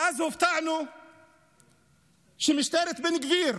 ואז הופתענו שמשטרת בן גביר